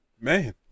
Man